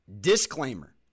Disclaimer